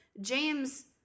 James